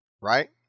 right